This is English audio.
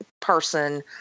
person